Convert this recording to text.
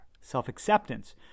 self-acceptance